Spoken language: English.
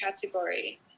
category